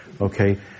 Okay